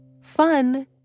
fun